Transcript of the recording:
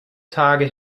tage